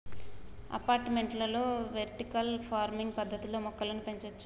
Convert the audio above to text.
అపార్టుమెంట్లలో vertical farming పద్దతిలో మొక్కలను పెంచొచ్చు